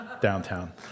downtown